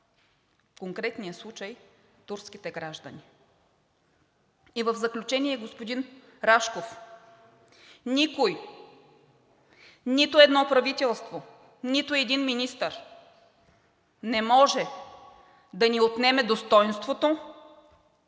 в конкретния случай турските граждани. И в заключение, господин Рашков, никой – нито едно правителство, нито един министър не може да ни отнеме достойнството,